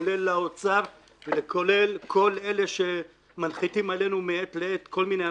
כולל לאוצר וכולל לכל אלה שמנחיתים עלינו מעת לעת כל מיני הנחתות.